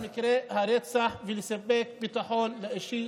ובמקרי הרצח ולספק ביטחון אישי.